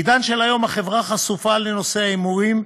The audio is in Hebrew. בעידן של היום החברה חשופה לנושא ההימורים,